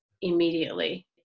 immediately